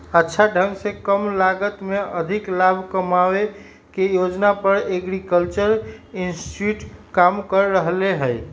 अच्छा ढंग से कम लागत में अधिक लाभ कमावे के योजना पर एग्रीकल्चरल इंस्टीट्यूट काम कर रहले है